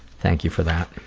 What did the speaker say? thank you for that.